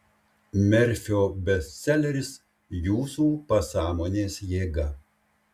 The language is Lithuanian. merfio bestseleris jūsų pasąmonės jėga